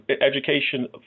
education